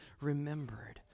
remembered